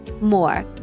more